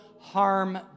harm